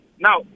Now